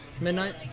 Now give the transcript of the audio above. Midnight